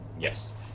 Yes